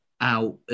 out